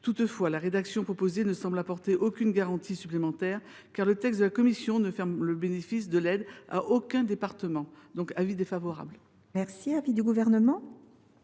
Toutefois, la rédaction proposée ne semble apporter aucune garantie supplémentaire, le texte de la commission ne fermant le bénéfice de l’aide à aucun département. Aussi, j’émets un avis défavorable. Quel est l’avis du Gouvernement ?